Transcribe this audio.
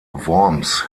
worms